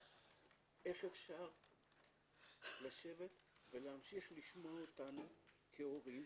איך אפשר לשבת ולהמשיך לשמוע אותנו כהורים